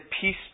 Peace